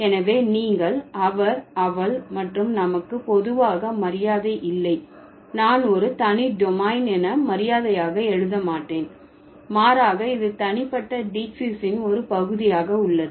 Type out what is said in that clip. எனவே நீங்கள் அவர் அவள் மற்றும் நமக்கு பொதுவாக மரியாதை இல்லை நான் ஒரு தனி டொமைன் என மரியாதையாக எழுத மாட்டேன் மாறாக இது தனிப்பட்ட டீக்சிஸின் ஒரு பகுதியாக உள்ளது